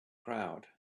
crowd